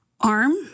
arm